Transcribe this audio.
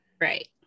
right